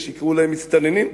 יש שיקראו להם מסתננים,